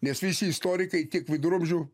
nes visi istorikai tik viduramžių